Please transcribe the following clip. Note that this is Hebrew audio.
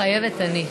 מתחייבת אני.